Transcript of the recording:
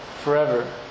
forever